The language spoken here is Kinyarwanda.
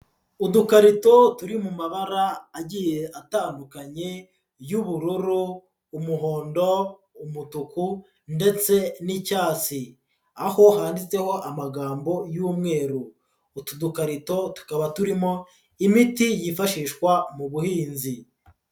Udukarito turi mu mabara agiye atandukanye, y'ubururu, umuhondo, umutuku, ndetse n'icyatsi, aho handitseho amagambo y'umweru, utu dukarito tukaba turimo imiti yifashishwa mu buhinzi.